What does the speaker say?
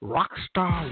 Rockstar